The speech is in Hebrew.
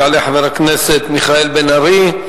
יעלה חבר הכנסת מיכאל בן-ארי,